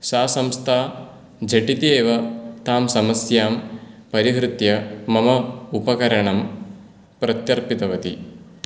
सा संस्था झटिति एव तां समस्यां परिहृत्य मम उपकरणं प्रत्यर्पितवती